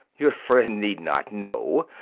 your friend need not know.